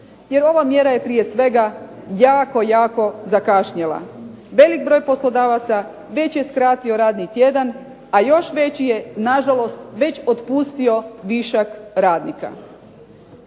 Jer ova mjera je prije svega jako, jako zakašnjela. Velik broj poslodavaca već je skratio radni tjedan, a još veći je nažalost već otpustio višak radnika.